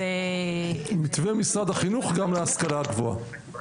מתווה משרד החינוך גם להשכלה הגבוהה.